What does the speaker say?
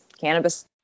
cannabis